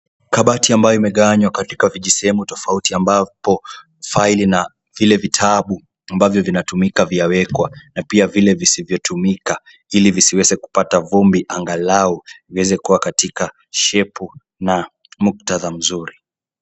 Kabati ambayo imegawanywa katika vijisehemu tofauti ambapo faili na vile vitabu ambavyo vinatumika viawekwa na pia vile visizotumika ili viziweze kupata vumbi, angalau viweze kuwa katika shape na muktadha mzuri.